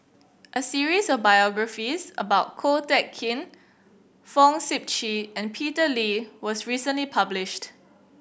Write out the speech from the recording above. a series of biographies about Ko Teck Kin Fong Sip Chee and Peter Lee was recently published